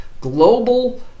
Global